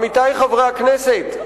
עמיתי חברי הכנסת,